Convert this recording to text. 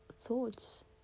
thoughts